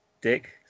dick